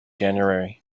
january